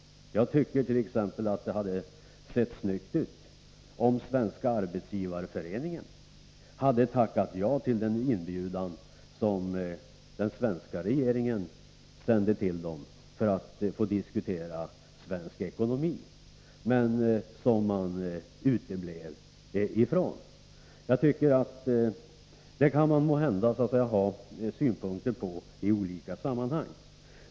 Jag tycker t.ex. att det hade sett snyggt ut om Svenska arbetsgivareföreningen hade tackat ja till den inbjudan som den svenska regeringen sände till Arbetsgivareföreningen för att få diskutera svensk ekonomi — en diskussion som man uteblev ifrån. Det kan vi alltså ha synpunkter på i olika sammanhang.